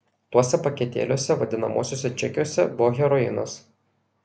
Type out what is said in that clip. tuose paketėliuose vadinamuosiuose čekiuose buvo heroinas